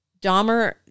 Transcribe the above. Dahmer